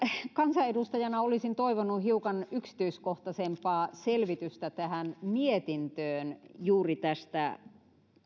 kansanedustajana olisin ehkä toivonut hiukan yksityiskohtaisempaa selvitystä tähän mietintöön juuri tästä